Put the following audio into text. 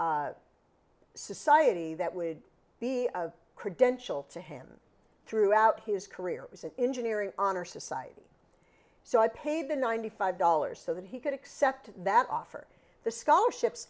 society that would be a credential to him throughout his career was an engineering honor society so i paid the ninety five dollars so that he could accept that offer the scholarships